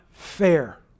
Fair